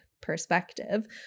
perspective